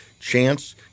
chance